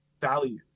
value